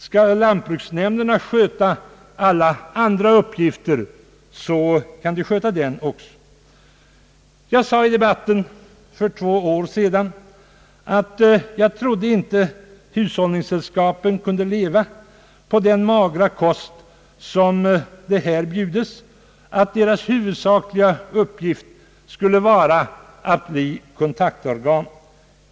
Skall lantbruksnämnderna sköta alla andra uppgifter så kan de sköta den också. Jag sade i debatten för två år sedan att jag inte trodde att hushållningssällskapen kunde leva på den magra kost som de här bjudes och att deras huvudsakliga uppgift skulle vara att bli kontaktorgan.